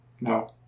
No